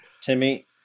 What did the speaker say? Timmy